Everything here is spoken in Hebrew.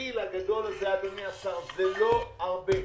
בבליל הגדול הזה זה לא הרבה.